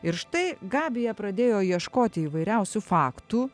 ir štai gabija pradėjo ieškoti įvairiausių faktų